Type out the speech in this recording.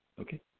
okay